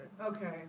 Okay